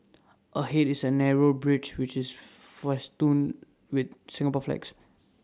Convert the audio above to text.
ahead is A narrow bridge which is festooned with Singapore flags